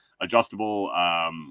adjustable